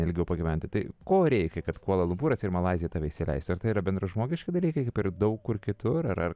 ilgiau pagyventi tai ko reikia kad kvala lumpūras malaizija tave įsileistų ar tai yra bendražmogiški dalykai kaip ir daug kur kitur ar